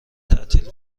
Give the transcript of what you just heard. تعطیل